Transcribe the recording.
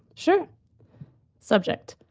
sure subject.